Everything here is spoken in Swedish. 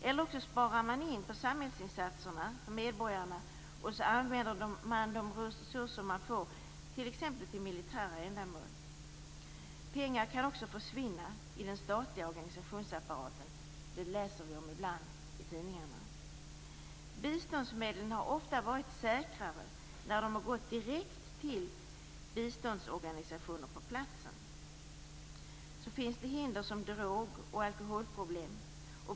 Eller också sparar man in på samhällsinsatserna för medborgarna och använder de resurser man får till t.ex. militära ändamål. Pengar kan också försvinna i den statliga organisationsapparaten. Det läser vi om ibland i tidningarna. Biståndsmedlen har ofta varit säkrare när de har gått direkt till biståndsorganisationer på platsen. Sedan finns det hinder som drog och alkoholproblem.